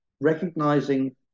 recognizing